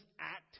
act